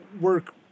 work